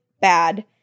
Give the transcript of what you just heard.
bad